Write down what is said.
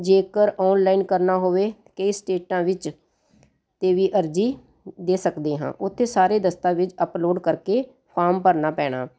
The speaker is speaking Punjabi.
ਜੇਕਰ ਆਨਲਾਈਨ ਕਰਨਾ ਹੋਵੇ ਕਈ ਸਟੇਟਾਂ ਵਿੱਚ ਤਾਂ ਵੀ ਅਰਜੀ ਦੇ ਸਕਦੇ ਹਾਂ ਉੱਥੇ ਸਾਰੇ ਦਸਤਾਵੇਜ ਅਪਲੋਡ ਕਰਕੇ ਫਾਰਮ ਭਰਨਾ ਪੈਣਾ